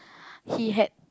he had